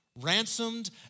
Ransomed